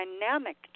dynamic